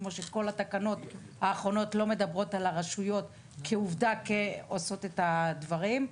כמו שכל התקנות האחרונות לא מדברות על הרשויות כעובדה כעושות את הדברים.